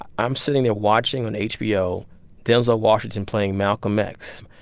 i'm sitting there watching on hbo denzel washington playing malcolm x.